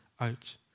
out